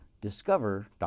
Discover